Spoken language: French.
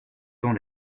tant